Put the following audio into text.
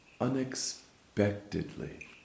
unexpectedly